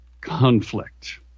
conflict